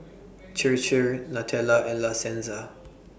Chir Chir Nutella and La Senza